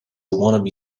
wannabe